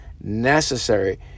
necessary